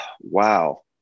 wow